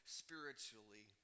spiritually